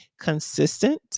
consistent